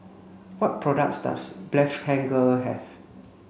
what products does Blephagel have